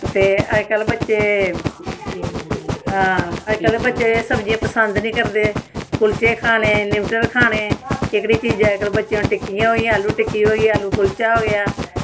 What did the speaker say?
ते अजकल्ल बच्चे ते अजकल्ल बच्चे सब्जियां पसंद निं करदे कुलचे खाने नूडल्स खाने एह्कड़ियें चीजे च बच्चे अजकल्ल बच्चे आलू टिक्की होई कुलचा होया